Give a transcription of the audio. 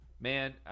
Man